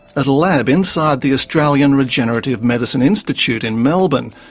at a lab inside the australian regenerative medicine institute in melbourne,